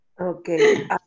Okay